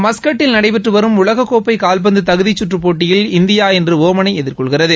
மஸ்கட்டில் நடைபெற்று வரும் உலகக்கோப்பை கால்பந்து தகுதிச்சுற்று போட்டியில் இந்தியா இன்று ஒமனை எதிர்கொள்கிறது